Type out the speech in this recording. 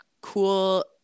cool